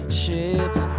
ships